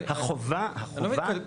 החובה של שבא